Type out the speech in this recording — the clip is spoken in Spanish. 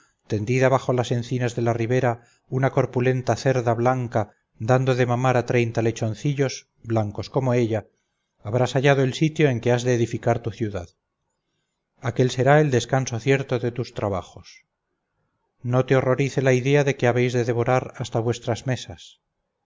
tendida bajo las encinas de la ribera una corpulenta cerda blanca dando de mamar a treinta lechoncillos blancos como ella habrás hallado el sitio en que has de edificar tu ciudad aquel será el descanso cierto de tus trabajos no te horrorice la idea de que habéis de devorar hasta vuestras mesas